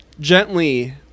gently